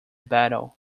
battle